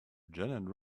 janet